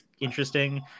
interesting